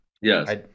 Yes